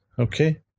okay